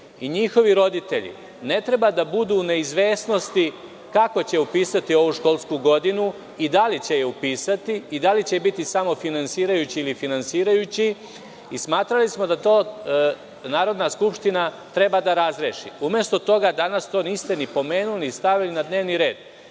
i njihovi roditelji ne treba da budu u neizvesnosti kako će upisati ovu školsku godinu i da li će je upisati i da li će biti samo finansirajući ili finansirajući. Smatrali smo da to Narodna skupština treba da razreši. Umesto toga, danas to niste ni pomenuli ni stavili na dnevni red.